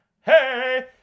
Hey